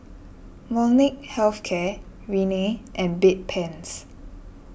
Molnylcke Health Care Rene and Bedpans